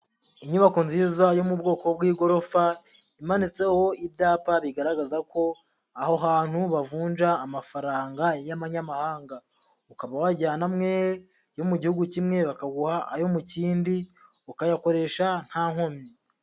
Inyubako nziza yo mu bwoko bw'igorofa, imanitseho ibyapa bigaragaza ko aho hantu bavunja amafaranga y'amanyamahanga, ukaba wajyana amwe yo mu gihugu kimwe bakaguha ayo mu kindi, ukayakoresha nta nkomyi.